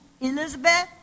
Elizabeth